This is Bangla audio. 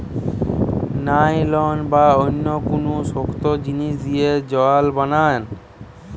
নাইলন বা অন্য কুনু শক্ত জিনিস দিয়ে জাল বানায়